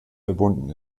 verbunden